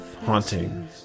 haunting